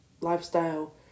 lifestyle